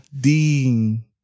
Dean